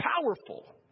powerful